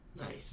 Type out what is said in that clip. Nice